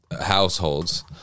households